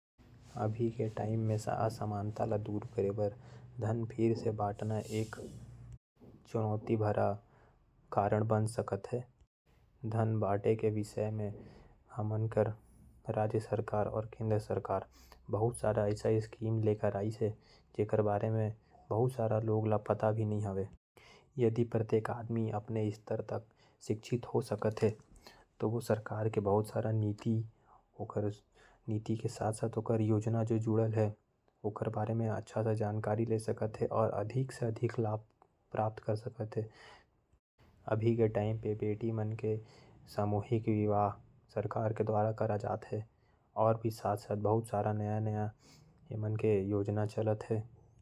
अभी के समय में धन बांटना बहुत चुनौती भरल हो सकत है। धन बाटे के विषय में हमर राज्य सरकार। और केंद्र सरकार बहुत सारा योजना लेकर आइस है। अगर सब झन शिक्षित होजाए तो सरकार के योजना के लाभ उठा सकत हैं। अभी के टाइम में बेटी मन के सामूहिक विवाह सरकार के द्वारा करात जात है। और भी साथ साथ नया योजना चलत है।